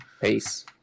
Peace